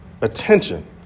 attention